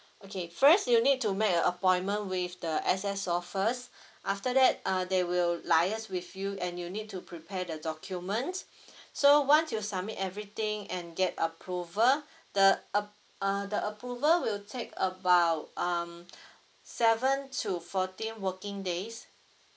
okay first you need to make an appointment with the S_S_O first after that uh they will liaise with you and you need to prepare the documents so once you submit everything and get approval the ap~ uh the approval will take about um seven to fourteen working days